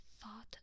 thought